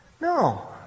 No